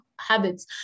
habits